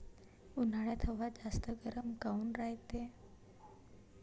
उन्हाळ्यात हवा जास्त गरम काऊन रायते?